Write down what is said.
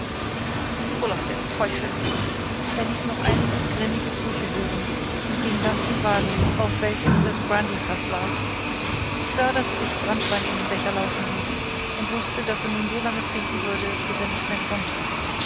hol euch der teufel er ließ noch einige grimmige flüche hören und ging dann zum wagen auf welchem das brandyfaß lag ich sah daß er sich branntwein in den becher laufen ließ und wußte daß er nun so lange trinken würde bis er nicht mehr konnte